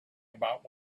about